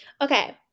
Okay